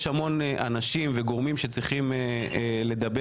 יש המון אנשים וגורמים שצריכים לדבר